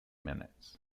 minutes